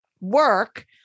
work